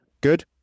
Good